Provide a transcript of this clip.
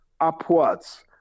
upwards